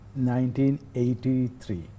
1983